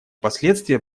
последствия